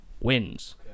wins